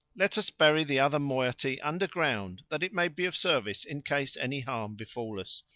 let us bury the other moiety underground that it may be of service in case any harm befal us,